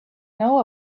know